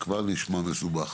זה כבר נשמע מסובך.